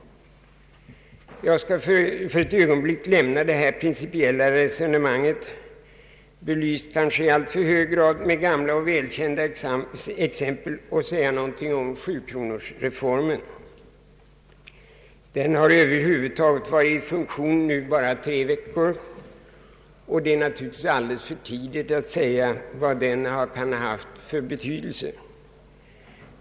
Jag skall för ett ögonblick lämna detta principiella resonemang, belyst kanske i alltför hög grad med gamla och välkända exempel, och säga någonting om sjukronorsreformen. Den har varit i funktion bara tre veckor, och det är naturligtvis alldeles för tidigt att yttra sig om dess betydelse.